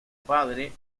padre